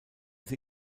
sie